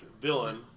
Villain